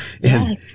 Yes